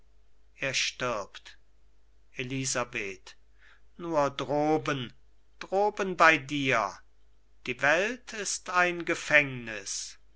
elisabeth nur droben droben bei dir die welt ist ein gefängnis